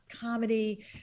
comedy